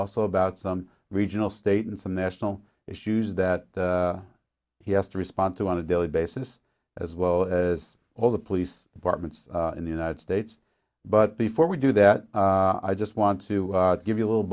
also about some regional state and some national issues that he has to respond to on a daily basis as well as all the police departments in the united states but before we do that i just want to give you a little